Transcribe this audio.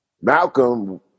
Malcolm